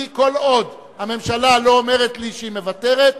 כל עוד הממשלה לא אומרת לי שהיא מוותרת,